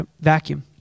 vacuum